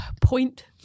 Point